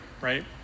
right